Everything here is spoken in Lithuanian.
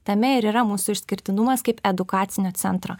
tame ir yra mūsų išskirtinumas kaip edukacinio centro